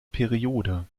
periode